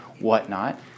whatnot